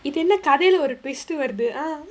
இது என்ன கதைல ஒரு:ithu enna kadhaila oru twist வருது:varudhu ah